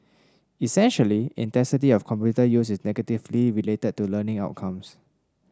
essentially intensity of computer use is negatively related to learning outcomes